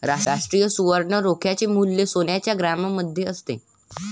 राष्ट्रीय सुवर्ण रोख्याचे मूल्य सोन्याच्या ग्रॅममध्ये असते